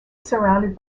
surrounded